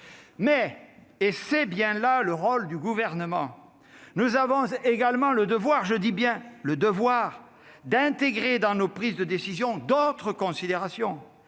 Mais, et c'est bien là le rôle du Gouvernement, nous avons également le devoir- je dis bien : le devoir -d'intégrer dans nos prises de décision d'autres considérations,